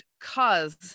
cause